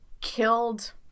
killed